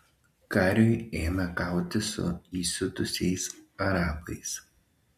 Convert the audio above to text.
kariui ėmė kautis su įsiutusiais arabais